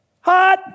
Hot